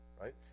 Right